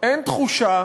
אין תחושה